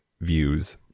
views